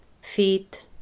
feet